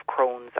Crohn's